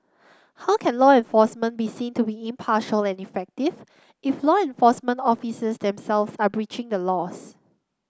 how can law enforcement be seen to be impartial and effective if law enforcement officers themselves are breaching the laws